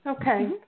Okay